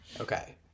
Okay